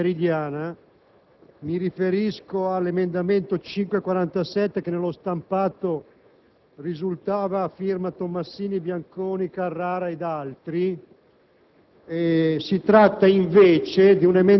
dei pareri espressi nella seduta antimeridiana. Mi riferisco all'emendamento 5.47 che nello stampato risultava a firma Tomassini, Bianconi ed altri;